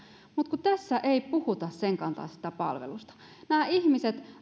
mutta kun tässä ei puhuta senkaltaisesta palvelusta nämä ihmiset